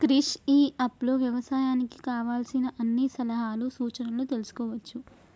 Krish e app లో వ్యవసాయానికి కావలసిన అన్ని సలహాలు సూచనలు తెల్సుకోవచ్చు